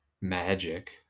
magic